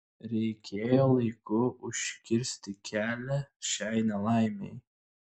reikėjo laiku užkirsti kelią šiai nelaimei